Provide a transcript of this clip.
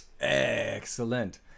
Excellent